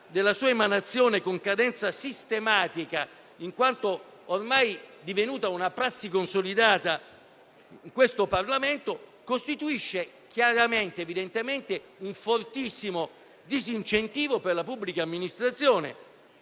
della sua emanazione con cadenza sistematica, in quanto ormai divenuta una prassi consolidata del Parlamento, costituisce evidentemente un fortissimo disincentivo per la pubblica amministrazione